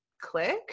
click